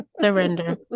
Surrender